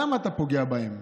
למה אתה פוגע בהם?